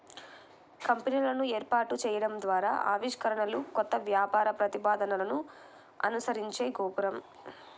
కంపెనీలను ఏర్పాటు చేయడం ద్వారా ఆవిష్కరణలు, కొత్త వ్యాపార ప్రతిపాదనలను అనుసరించే గోపురం